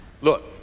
Look